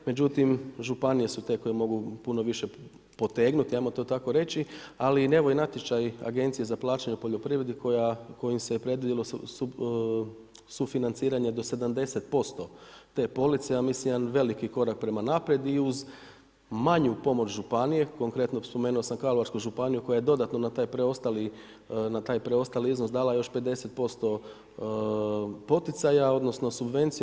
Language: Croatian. Međutim, županije su te koje mogu puno više potegnuti, ajmo to tako reći, ali evo i natječaji Agencije za plaćanje u poljoprivredi, kojim se predvidjelo sufinanciranje do 70% te police, ja mislim jedan veliki korak prema naprijed i uz manju pomoć županije, konkretno spomenuo sam Karlovačku županiju, koja je dodatno na taj preostali iznos dala još 50% poticaja, odnosno, subvencija.